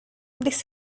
this